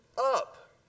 up